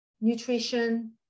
nutrition